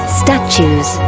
statues